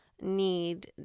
need